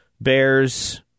Bears